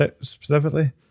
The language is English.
specifically